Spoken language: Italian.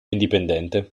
indipendente